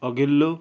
अघिल्लो